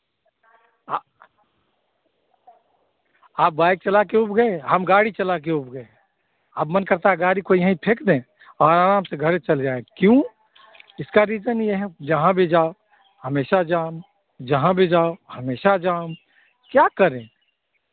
आप बाइक चला के ऊब गए हम गाड़ी चला कर ऊब गए अब मन करता है गाड़ी को यहीं फेंक दें और आराम से घरे चल जाए क्यों इसका रीज़न यह है जहाँ भी जाओ हमेशा जाम जहाँ भी जाओ हमेशा जाम क्या करें